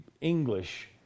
English